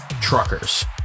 truckers